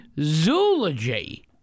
zoology